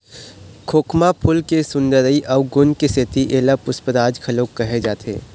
खोखमा फूल के सुंदरई अउ गुन के सेती एला पुस्पराज घलोक कहे जाथे